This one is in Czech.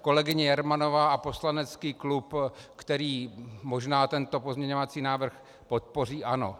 Kolegyně Jermanová a poslanecký klub, který možná tento pozměňovací návrh podpoří, ano.